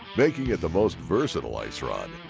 making it the most versatile ice rod,